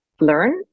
learn